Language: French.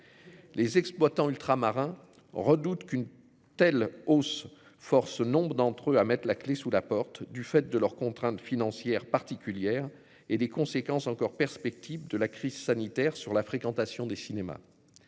Les exploitants ultramarins redoutent qu'une telle hausse force. Nombre d'entre eux à mettre la clé sous la porte du fait de leur contrainte financière particulières et des conséquences encore perspective de la crise sanitaire sur la fréquentation des cinémas.